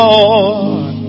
Lord